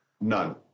None